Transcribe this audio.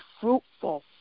fruitful